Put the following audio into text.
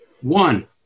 one